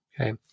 Okay